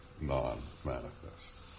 non-manifest